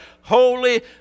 holy